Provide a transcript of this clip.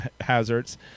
hazards